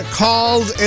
called